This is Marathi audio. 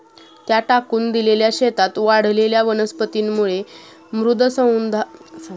त्या टाकून दिलेल्या शेतात वाढलेल्या वनस्पतींमुळे मृदसंधारण, पाणी साठवण इत्यादीद्वारे शेताची सुपीकता परत येते